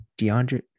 DeAndre